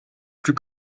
plus